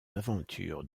aventures